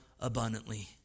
abundantly